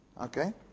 Okay